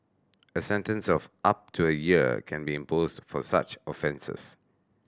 a sentence of up to a year can be imposed for such offences